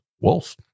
wolf